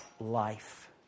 life